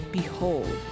behold